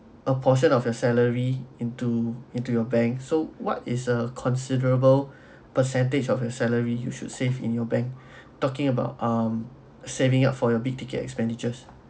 a portion of your salary into into your bank so what is a considerable percentage of your salary you should save in your bank talking about um saving up for your big ticket expenditures